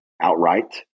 outright